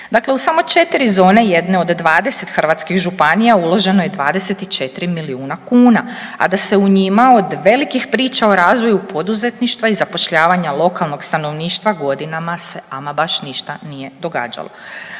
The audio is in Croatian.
Dakle, u samo 4 zone jedne od 20 hrvatskih županija uloženo je 24 milijuna kuna, a da se u njima od velikih priča o razvoju poduzetništva i zapošljavanja lokalnog stanovništva godinama se ama baš ništa nije događalo.